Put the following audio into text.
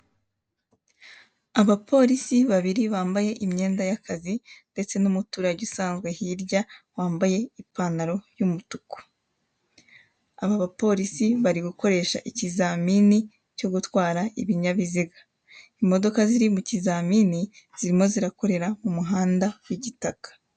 Abapolisi babiri bambaye imyenda y'akazi ndetse n'umuturage usanzwe hirya wambaye ipantaro y'umutuku. Aba bapolisi barigukoresha ikizamini cyo gutwara ibinyabiziga. Imodoka ziri mu kizamini zirimo zirakorera mu muhanda w'igitaka.